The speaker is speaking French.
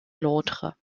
l’autre